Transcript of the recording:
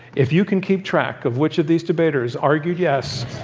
if you can keep track of which of these debaters argued yes